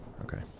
Okay